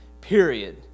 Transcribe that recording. period